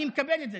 אני מקבל את זה.